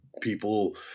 people